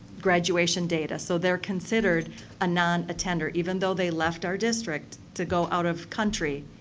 graduation data. so, they're considered a non-attender, even though they left our district to go out of country,